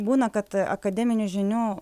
būna kad akademinių žinių